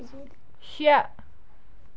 شیےٚ